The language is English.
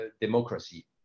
democracy